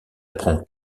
apprend